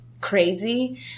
crazy